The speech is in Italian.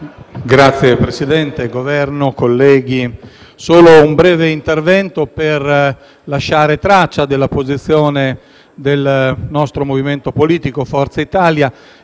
rappresentante del Governo, colleghi, il mio è solo un breve intervento per lasciare traccia della posizione del nostro movimento politico, Forza Italia,